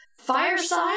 fireside